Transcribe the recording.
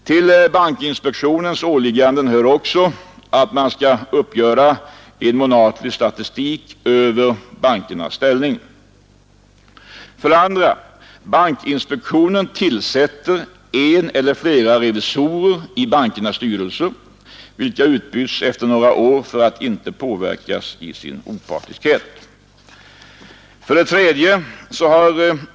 Till bankinspektionens åliggande hör också att uppgöra en månatlig statistik över bankernas ställning. 2. Bankinspektionen tillsätter en eller flera revisorer i bankernas styrelser, vilka utbyts efter några år för att icke påverkas i sin opartiskhet. 3.